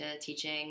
teaching